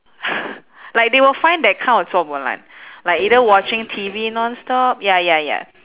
like they will find that kind of 做 bo lan like either watching T_V non stop ya ya ya